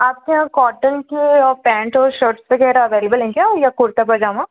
आपके यहाँ कॉटन के पैंट और शर्ट्स वग़ैरह अवेलेबल हैं क्या या कुर्ता पजामा